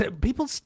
people